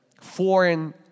foreign